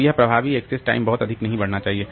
तो यह प्रभावी एक्सेस टाइम बहुत अधिक नहीं बढ़ना चाहिए